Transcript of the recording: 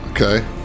Okay